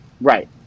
Right